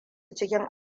cikin